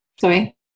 sorry